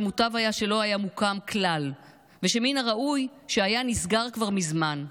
שמוטב היה שלא היה מוקם כלל ושמן הראוי שהיה נסגר מזמן.